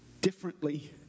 differently